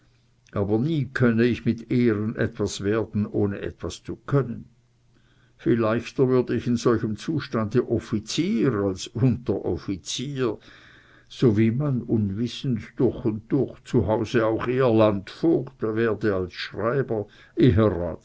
aber nie könnte ich mit ehren etwas werden ohne etwas zu können viel leichter würde ich in solchem zustande offizier als unteroffizier so wie man unwissend durch und durch zu hause auch eher landvogt werde als schreiber